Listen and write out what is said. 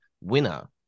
winner